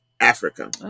Africa